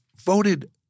voted